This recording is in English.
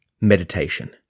meditation